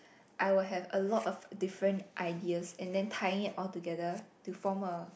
I will have a lot of different ideas and then tying it all together to form a